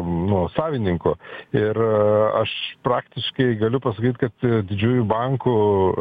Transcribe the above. nu savininku ir aš praktiškai galiu pasakyt kad didžiųjų bankų